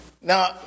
now